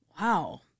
Wow